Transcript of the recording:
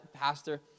Pastor